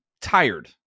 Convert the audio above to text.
tired